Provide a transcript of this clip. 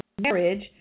marriage